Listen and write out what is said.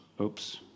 Oops